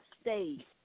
stay